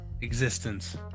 existence